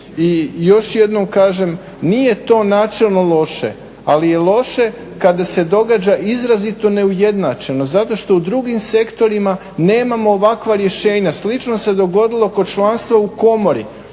još jednom kažem, nije to načelno loše, ali je loše kada se događa izrazito neujednačeno zato što u drugim sektorima nemamo ovakva rješenja. Slično se dogodilo kod članstva u komori